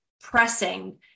pressing